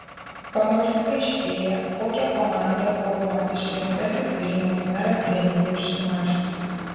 pamažu aiškėja kokią komandą formuos išrinktasis vilniaus meras remigijus šimašius